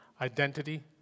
Identity